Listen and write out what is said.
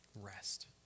rest